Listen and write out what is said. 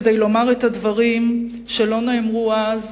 כדי לומר את הדברים שלא נאמרו אז,